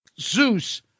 Zeus